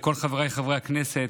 ולכל חבריי חברי הכנסת,